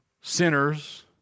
sinners